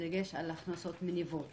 בדגש על הכנסות מניבות